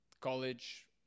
college